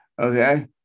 Okay